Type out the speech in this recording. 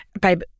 babe